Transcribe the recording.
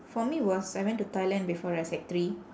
for me was I went to thailand before right sec three